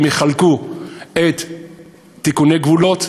הם יערכו תיקוני גבולות,